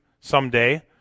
someday